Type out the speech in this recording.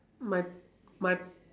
my my